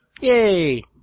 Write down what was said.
Yay